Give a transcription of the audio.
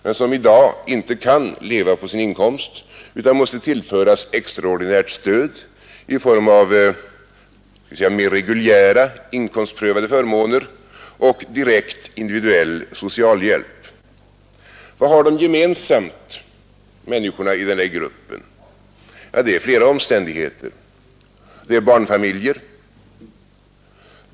De kan i dag inte leva på sin inkomst utan måste tillföras extraordinärt stöd i form av mera reguljära, inkomstprövade förmåner och direkt individuell socialhjälp. Vad har människorna i den här gruppen gemensamt? Det är flera omständigheter. Det är barnfamiljer.